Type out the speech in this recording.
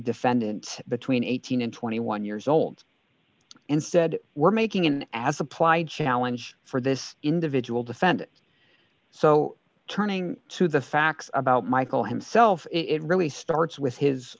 defendant between eighteen and twenty one years old and said we're making an as applied challenge for this individual defend so turning to the facts about michael himself it really starts with his